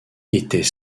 était